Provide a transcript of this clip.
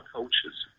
cultures